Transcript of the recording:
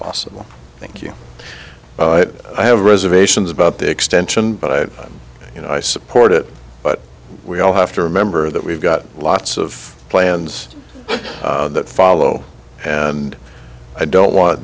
possible thank you but i have reservations about the extension but you know i support it but we all have to remember that we've got lots of plans that follow and i don't want